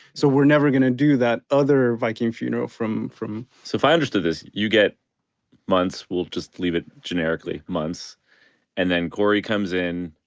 so we're never gonna do that other viking funeral from from so if i understood this you get months, we'll just leave it generically months and then cory comes in.